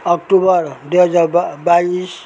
October दुई हजार ब बाइस